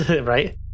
Right